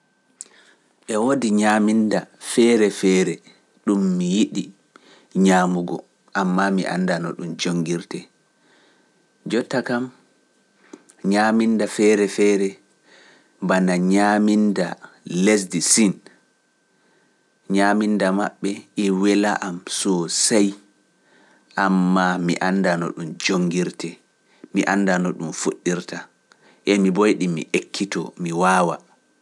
E woodi ñaaminda feere feere ɗum mi yiɗi ñaamugo, ammaa mi anndan o ɗum jongirte. Jotta kam ñaaminda feere feere bana ñaaminda lesdi siin, ñaaminda maɓɓe e wela am soo sey, ammaa mi annda no ɗum jongirte, mi annda no ɗum fuɗirta, en mi boyɗi, mi ekkito, mi waawa.